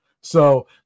So-